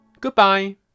Goodbye